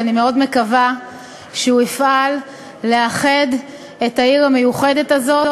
ואני מקווה מאוד שהוא יפעל לאחד את העיר המיוחדת הזאת,